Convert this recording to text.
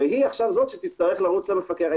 והיא זו שתצטרך לרוץ למפקח.